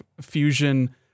Fusion